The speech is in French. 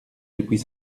depuis